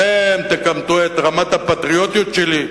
אתם תכמתו את רמת הפטריוטיות שלי?